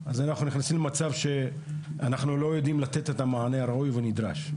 אנחנו נכנסים למצב שבו אנחנו לא יודעים לתת את המענה הראוי והנדרש.